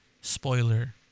spoiler